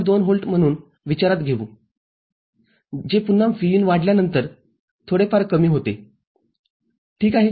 २ volt म्हणून विचारात घेऊ जे पुन्हा Vin वाढल्यानंतर थोडेफार कमी होते ठीक आहे